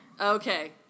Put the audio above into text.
Okay